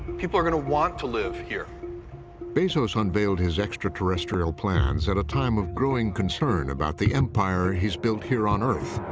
people are going to want to live here. narrator bezos unveiled his extra-terrestrial plans at a time of growing concern about the empire he's built here on earth.